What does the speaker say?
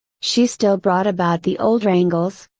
she still brought about the old wrangles,